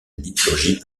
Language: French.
liturgie